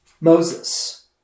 Moses